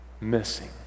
missing